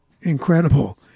incredible